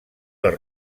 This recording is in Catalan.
les